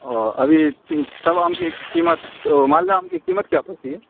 او ابھی سب آم کی قیمت مالدہ آم کی قیمت کیا پڑتی ہے